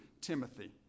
Timothy